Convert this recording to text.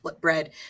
bread